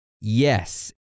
Yes